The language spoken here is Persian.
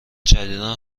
جدیدا